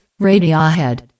Radiohead